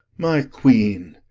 my queen!